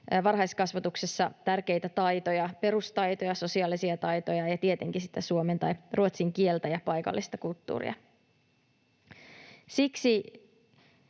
varhaiskasvatuksessa tärkeitä taitoja, perustaitoja, sosiaalisia taitoja ja tietenkin sitten suomen tai ruotsin kieltä ja paikallista kulttuuria. Siksi